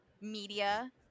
media